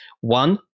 one